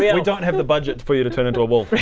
we and we don't have the budget for you to turn into a wolf